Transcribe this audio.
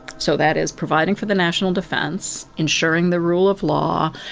so that is, providing for the national defense, ensuring the rule of law,